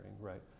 right